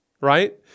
right